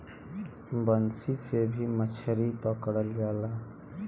बंसी से भी मछरी पकड़ल जाला